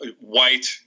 white